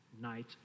night